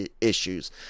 issues